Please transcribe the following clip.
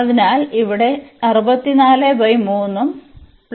അതിനാൽ ഇവിടെ ഉം പ്ലസ് 64 ഉം ആണ്